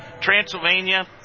Transylvania